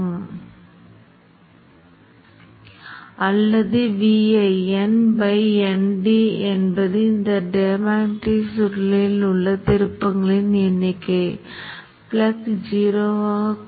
இது ஒரு காந்த சுற்றுகளின் நிறைவுற்ற வகையாகும் எனவே இந்த பொதுவான மின்மாற்றி நிஜத்திற்கு மிகவும் நெருக்கமாக செயல்படுகிறது இந்த மின்மாற்றி கைரேட்டர்கள் எனப்படும் மேலும் இரண்டு மாடல்களைப் பயன்படுத்துகிறது மேலும் கைரேட்டர் இங்கே மாதிரி ஆக்கப்பட்டுள்ளது